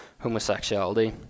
homosexuality